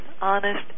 honest